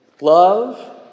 love